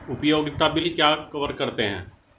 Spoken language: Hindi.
उपयोगिता बिल क्या कवर करते हैं?